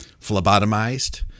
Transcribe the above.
Phlebotomized